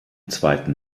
zweiten